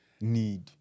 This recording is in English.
need